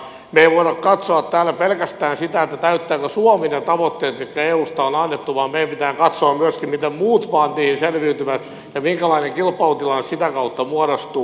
me emme voi katsoa täällä pelkästään sitä täyttääkö suomi ne tavoitteet mitkä eusta on annettu vaan meidän pitää katsoa myöskin sitä miten muut maat niistä selviytyvät ja minkälainen kilpailutilanne sitä kautta muodostuu